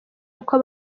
uko